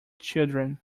children